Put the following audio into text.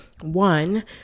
One